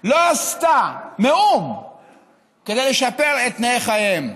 לא עשתה מאום כדי לשפר את תנאי חייהם.